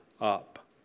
up